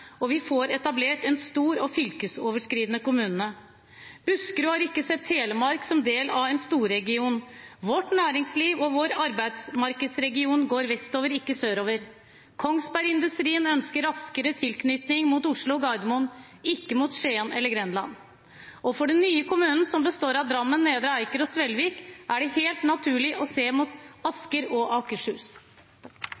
og vi får etablert en stor og fylkesoverskridende kommune. Buskerud har ikke sett Telemark som del av en storregion. Vårt næringsliv og vår arbeidsmarkedsregion går vestover, ikke sørover. Kongsbergindustrien ønsker raskere tilknytning mot Oslo/Gardermoen, ikke mot Skien eller Grenland. Og for den nye kommunen, som består av Drammen, Nedre Eiker og Svelvik, er det helt naturlig å se mot